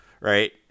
right